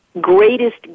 greatest